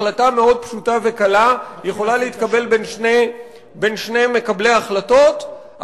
החלטה מאוד פשוטה וקלה יכולה להתקבל בין שני מקבלי החלטות,